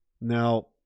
Now